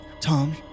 Tom